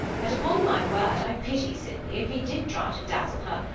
and upon my word i pity sydney, if he did try to dazzle her,